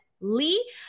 Lee